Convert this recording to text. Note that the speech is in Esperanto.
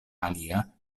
alia